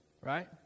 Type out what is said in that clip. right